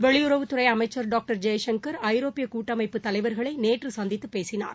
வெளியுறவுத் துறை அமைச்சர் டாக்டர் ஜெய்சங்கர் ஐரோப்பிய கூட்டமைப்பு தலைவர்களை நேற்று சந்தித்து பேசினார்